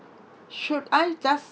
should I just